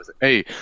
Hey